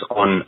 on